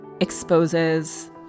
exposes